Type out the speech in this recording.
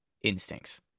instincts